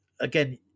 again